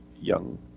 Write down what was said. young